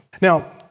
Now